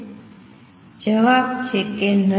જવાબ છે કે નથી